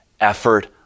effort